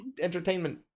entertainment